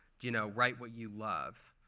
you know write what you love